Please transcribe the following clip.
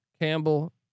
Campbell